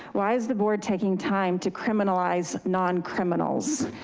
why is the board taking time to criminalize non-criminals?